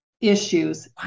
issues